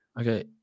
Okay